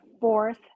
fourth